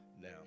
now